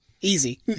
Easy